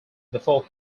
before